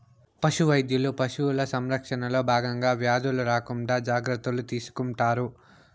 పశు వైద్యులు పశువుల సంరక్షణలో భాగంగా వ్యాధులు రాకుండా జాగ్రత్తలు తీసుకుంటారు